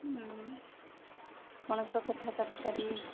ପଣଷ କଠା ତରକାରୀ